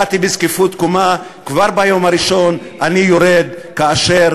באתי בזקיפות קומה, כבר ביום הראשון אני יורד כאשר